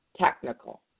technical